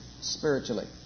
spiritually